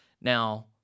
Now